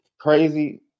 crazy